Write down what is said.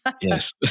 Yes